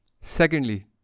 Secondly